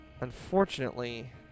Unfortunately